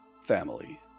family